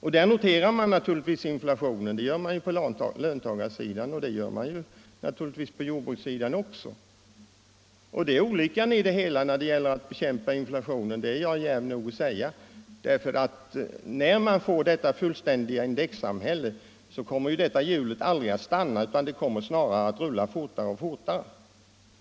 Där noterar man naturligtvis inflationen. Det gör man på löntagarsidan och det gör man naturligtvis på jordbrukarsidan också. Och det är olyckan när det gäller att bekämpa inflationen i dess helhet. Det är jag djärv nog att säga. När man får ett fullständigt indexsamhälle kommer indexhjulet aldrig att stanna utan det kommer snarare att rulla snabbare och snabbare.